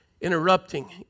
interrupting